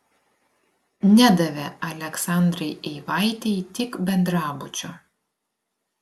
nedavė aleksandrai eivaitei tik bendrabučio